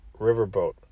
Riverboat